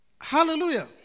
Hallelujah